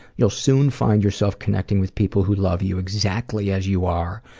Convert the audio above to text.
you'll soon find yourself connecting with people who love you exactly as you are,